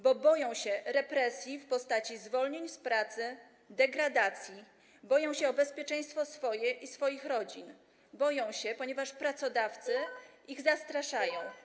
Bo boją się represji w postaci zwolnień z pracy, degradacji, boją się o bezpieczeństwo swoje i swoich rodzin, boją się, ponieważ pracodawcy ich zastraszają.